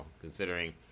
considering